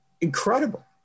incredible